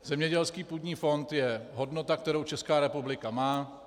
Zemědělský půdní fond je hodnota, kterou Česká republika má.